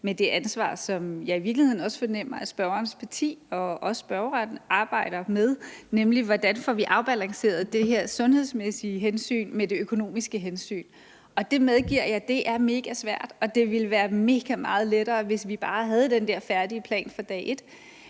med det ansvar, som jeg i virkeligheden fornemmer at også spørgerens parti og spørgeren arbejder med, nemlig hvordan vi får afbalanceret det her sundhedsmæssige hensyn med det økonomiske hensyn. Det medgiver jeg er megasvært, og det ville være megameget lettere, hvis vi bare havde den der færdige plan fra dag et.